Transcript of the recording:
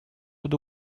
под